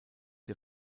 der